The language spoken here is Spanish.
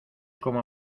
cómo